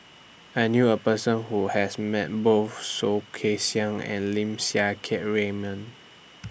I knew A Person Who has Met Both Soh Kay Siang and Lim Siang Keat Raymond